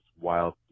wild